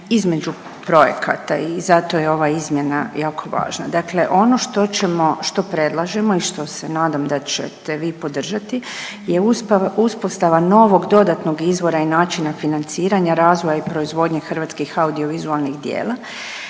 između projekta i zato je ova izmjena jako važna. Dakle ono što ćemo, što predlažemo i što se nadam da čete vi podržati je uspostava novog dodatnog izvora i načina financiranja razvoja i proizvodnje hrvatskih audiovizualnih djela